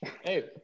Hey